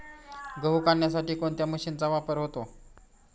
गहू काढण्यासाठी कोणत्या मशीनचा वापर होतो?